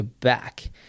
back